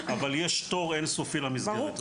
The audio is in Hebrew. אבל יש תור אינסופי למסגרת.